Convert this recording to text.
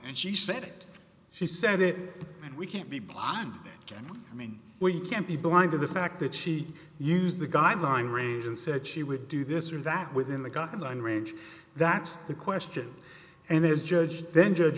and she said it she said it and we can't be blind again i mean we can't be blind to the fact that she used the guideline range and said she would do this or that within the guidelines range that's the question and this judge then judge